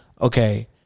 Okay